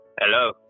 Hello